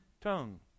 tongue